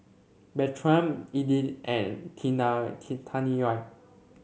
Bertram Edythe and Tina T Taniya